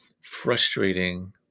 frustrating